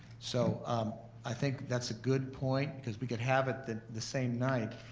so i think that's a good point, because we could have it the the same night,